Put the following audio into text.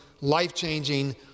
life-changing